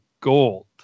gold